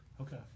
Okay